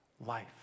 life